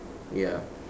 ya